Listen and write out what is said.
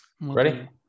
Ready